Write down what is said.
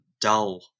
dull